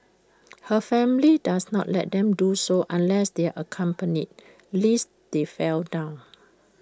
her family does not let them do so unless they are accompanied lest they fall down